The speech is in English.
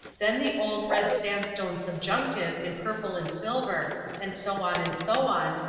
then the old red sandstone subjunctive in purple and silver and so on and so on,